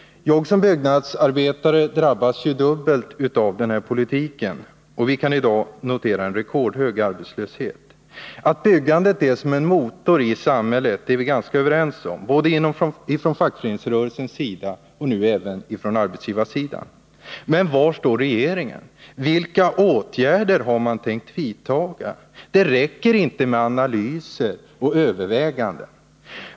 Som byggnadsarbetare drabbas jag dubbelt av denna politik, och vi kan i dag notera en rekordhög arbetslöshet. Att byggandet är som en motor i samhället är vi ganska överens om både inom fackföreningsrörelsen och nu även på arbetsgivarsidan. Men var står regeringen? Vilka åtgärder har man tänkt vidta? Det räcker inte med analyser och överväganden.